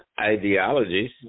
ideologies